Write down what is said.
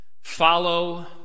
Follow